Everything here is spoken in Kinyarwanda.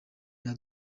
cya